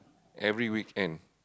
every weekend